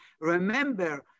Remember